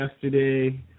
yesterday